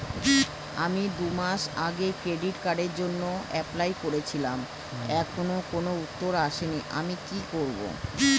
আমি দুমাস আগে ক্রেডিট কার্ডের জন্যে এপ্লাই করেছিলাম এখনো কোনো উত্তর আসেনি আমি কি করব?